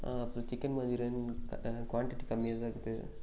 அப்புறம் chicken manchurian quantity கம்மியாக தான் இருக்குது